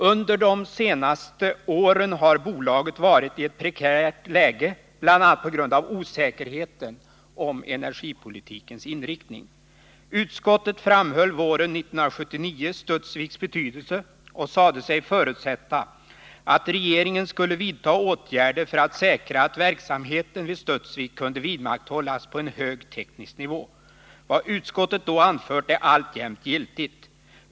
Under de senaste åren har bolaget varit i ett prekärt läge bl.a. på grund av osäkerheten om energipolitikens inriktning. Utskottet framhöll våren 1979 Studsviks betydelse och sade sig förutsätta att regeringen skulle vidta åtgärder för att säkra att verksamheten vid Studsvik kunde vidmakthållas på en hög teknisk nivå. Vad utskottet då anförde är alltjämt giltigt.